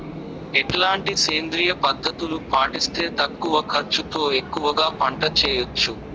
ఎట్లాంటి సేంద్రియ పద్ధతులు పాటిస్తే తక్కువ ఖర్చు తో ఎక్కువగా పంట చేయొచ్చు?